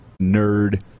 nerd